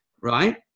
right